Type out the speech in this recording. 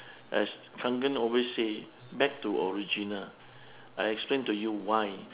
as kangen always say back to original I explain to you why